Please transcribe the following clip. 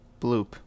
bloop